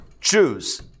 Choose